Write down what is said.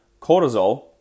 Cortisol